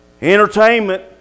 Entertainment